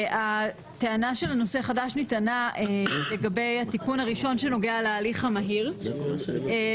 הטענה של נושא חדש נטענה לגבי התיקון הראשון שנוגע להליך המהיר ובעצם,